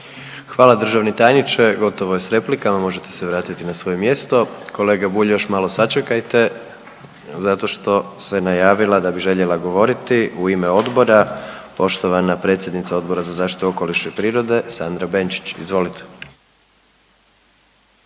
Hvala državni tajniče, gotovo je s replikama možete se vratiti na svoje mjesto. Kolega Bulj još malo sačekajte zato što se najavila da bi željela govoriti u ime odbora poštovana predsjednica Odbora za zaštitu okoliša i prirode Sandra Benčić. Izvolite.